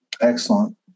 Excellent